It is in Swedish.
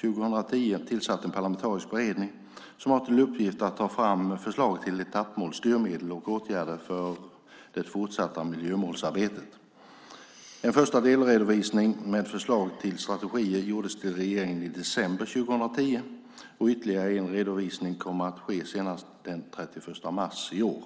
2010, tillsatt en parlamentarisk beredning som har till uppgift att ta fram förslag till etappmål, styrmedel och åtgärder för det fortsatta miljömålsarbetet. En första delredovisning med förslag till strategier gjordes till regeringen i december 2010, och ytterligare en redovisning kommer att ske senast den 31 mars i år.